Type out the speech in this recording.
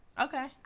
Okay